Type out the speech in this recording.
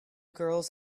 girls